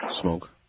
Smoke